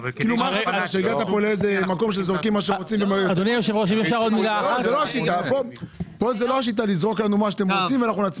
כאן זאת לא השיטה לזרוק עלינו מה שאתם רוצים ואנחנו נצביע.